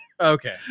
Okay